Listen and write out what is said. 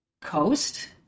Coast